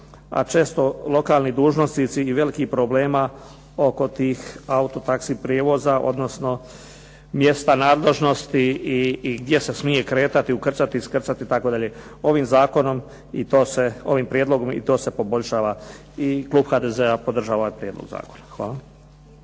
a često lokalni dužnosnici i velikih problema oko tih auto taxi prijevoza odnosno mjesta nadležnosti i gdje se smije kretati, ukrcati, iskrcati itd. Ovim prijedlogom i to se poboljšava. I klub HDZ-a podržava ovaj prijedlog zakona. Hvala.